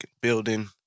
building